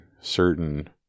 certain